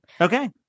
Okay